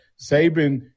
Saban